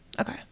Okay